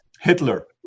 Hitler